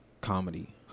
comedy